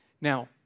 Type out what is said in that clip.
Now